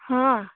હા